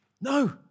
No